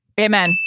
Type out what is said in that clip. Amen